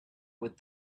with